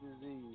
disease